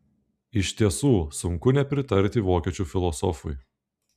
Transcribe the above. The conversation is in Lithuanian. iš tiesų sunku nepritarti vokiečių filosofui